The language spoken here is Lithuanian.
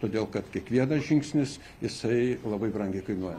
todėl kad kiekvienas žingsnis jisai labai brangiai kainuoja